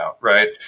right